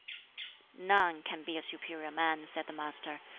none can be a superior man, said the master,